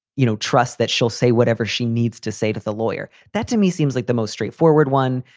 you know, trust that she'll say whatever she needs to say to the lawyer. that, to me, seems like the most straightforward one.